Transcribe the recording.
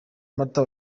mata